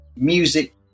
music